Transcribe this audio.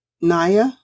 Naya